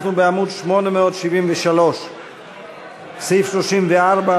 אנחנו בעמוד 873. סעיף 34,